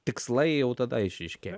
tikslai jau tada išryškėjo